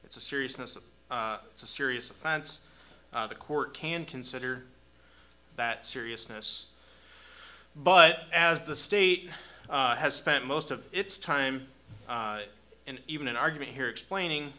it's the seriousness of it's a serious offense the court can consider that seriousness but as the state has spent most of its time and even in argument here explaining